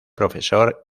profesor